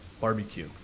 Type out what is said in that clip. barbecue